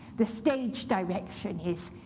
the stage direction is,